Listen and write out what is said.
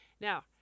Now